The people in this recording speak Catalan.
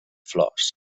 flors